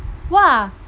!wah!